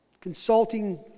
Consulting